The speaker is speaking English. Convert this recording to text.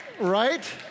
Right